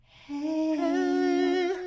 hey